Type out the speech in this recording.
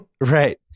Right